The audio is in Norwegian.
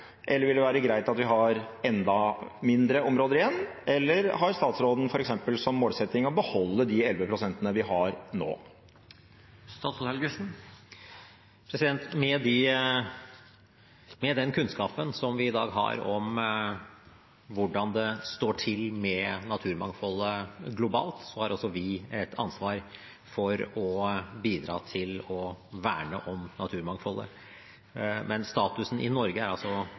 eller vil det være greit at vi har enda mindre områder igjen, eller har statsråden f.eks. som målsetting å beholde de 11 pst. vi har nå? Med den kunnskapen som vi i dag har om hvordan det står til med naturmangfoldet globalt, har også vi et ansvar for å bidra til å verne om naturmangfoldet. Men statusen i Norge er altså